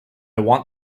want